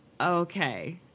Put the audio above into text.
Okay